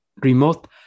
remote